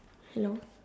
hello